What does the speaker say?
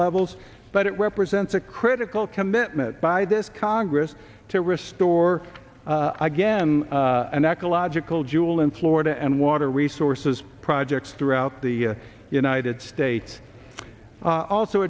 levels but it represents a critical commitment by this congress to restore again an ecological jewel in florida and water resources projects throughout the united states a